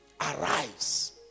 Arise